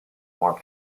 more